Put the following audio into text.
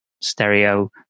stereo